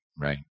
right